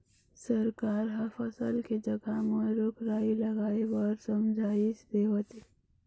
सरकार ह फसल के जघा म रूख राई लगाए बर समझाइस देवत हे